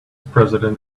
president